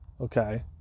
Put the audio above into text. Okay